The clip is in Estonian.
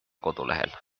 kodulehel